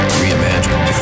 reimagined